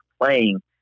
playing